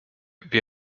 wir